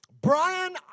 Brian